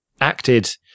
acted